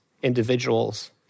individuals